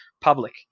public